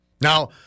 Now